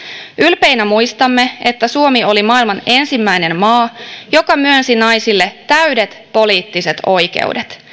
ylpeinä muistamme että suomi oli maailman ensimmäinen maa joka myönsi naisille täydet poliittiset oikeudet